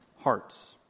hearts